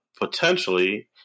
potentially